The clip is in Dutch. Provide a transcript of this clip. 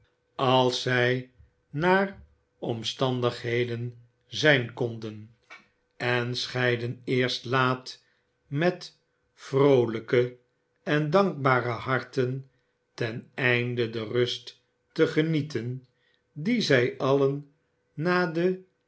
als zij naar omstandigheden zijn konden en scheidden eerst laat met vroolijke en dankbare harten ten einde de rust te genieten die zij allen na de